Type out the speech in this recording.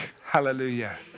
Hallelujah